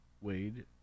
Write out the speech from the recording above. Wade